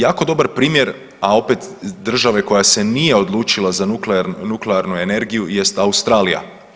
Jako dobar primjer, a opet države koja se nije odlučila za nuklearnu energiju jest Australija.